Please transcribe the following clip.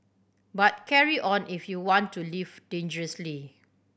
but carry on if you want to live dangerously